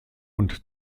und